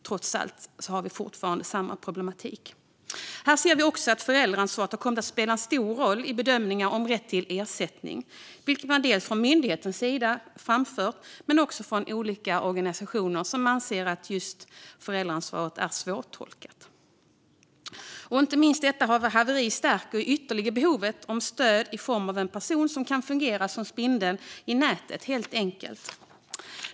Trots allt har vi fortfarande samma problematik. Här ser vi också att föräldraansvaret har kommit att spela en stor roll i bedömningarna om rätt till ersättning. Både myndigheten och olika organisationer anser och har framfört att just föräldraansvaret är svårtolkat. Inte minst detta haveri stärker ytterligare behovet av stöd i form av en person som helt enkelt kan fungera som spindeln i nätet.